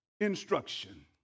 instruction